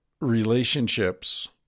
relationships